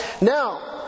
Now